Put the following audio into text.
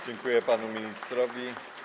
Dziękuję panu ministrowi.